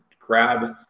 grab